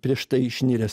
prieš tai išnėręs